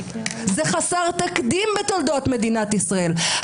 זה חסר תקדים בתולדות מדינת ישראל.